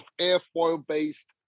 airfoil-based